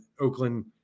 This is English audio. Oakland